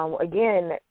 Again